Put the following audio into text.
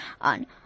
on